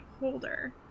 holder